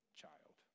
child